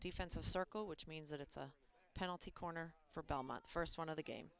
defense of circle which means that it's a penalty corner for belmont first one of the game